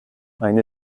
eine